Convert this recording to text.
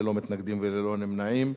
ללא מתנגדים וללא נמנעים.